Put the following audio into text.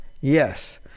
yes